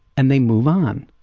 and they move on,